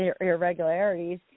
irregularities